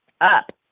up